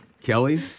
Kelly